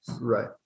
right